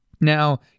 Now